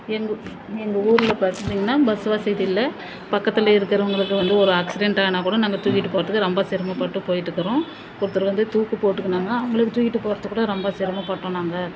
எங்கள் எங்கள் ஊரில் பார்த்தீங்கன்னா பஸ் வசதி இல்லை பக்கத்தில் இருக்கிறவங்களுக்கு வந்து ஒரு ஆக்சிடென்ட் ஆனால் கூட நாங்கள் தூக்கிகிட்டு போகிறதுக்கு ரொம்ப சிரமப்பட்டு போயிட்டுக்கிறோம் ஒருத்தர் வந்து தூக்கு போட்டுக்கினாங்க அவங்கள தூக்கிட்டு போகிறதுக்கு கூட ரொம்ப சிரமப்பட்டோம் நாங்கள்